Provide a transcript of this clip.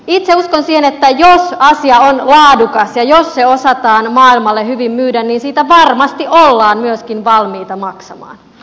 itse uskon siihen että jos asia on laadukas ja jos se osataan maailmalle hyvin myydä niin siitä varmasti ollaan myöskin valmiita maksamaan